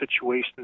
situations